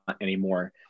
anymore